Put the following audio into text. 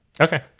Okay